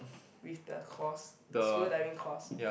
with the course the scuba diving course